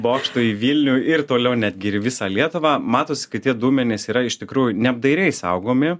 bokšto į vilnių ir toliau netgi ir į visą lietuvą matosi kad tie duomenys yra iš tikrųjų neapdairiai saugomi